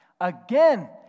again